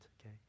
okay